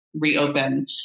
reopen